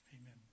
Amen